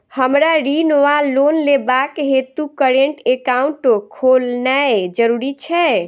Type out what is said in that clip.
हमरा ऋण वा लोन लेबाक हेतु करेन्ट एकाउंट खोलेनैय जरूरी छै?